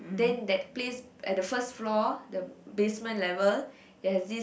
then that place at the first floor the basement level there's this